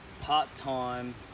part-time